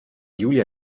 julia